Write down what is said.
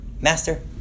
Master